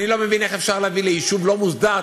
אני לא מבין איך אפשר להביא ליישוב לא מוסדר,